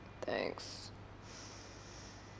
Thanks